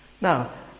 Now